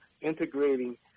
integrating